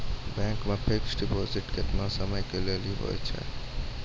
Bank मे fixed deposit केतना समय के लेली होय छै?